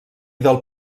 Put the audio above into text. del